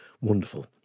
Wonderful